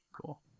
Cool